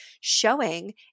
showing